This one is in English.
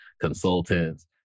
consultants